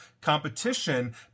competition